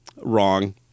wrong